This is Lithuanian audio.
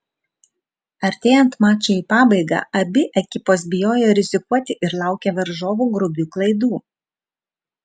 artėjant mačui į pabaigą abi ekipos bijojo rizikuoti ir laukė varžovų grubių klaidų